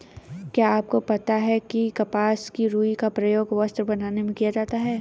क्या आपको पता है कपास की रूई का प्रयोग वस्त्र बनाने में किया जाता है?